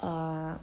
err